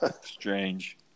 strange